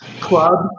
Club